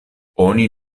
oni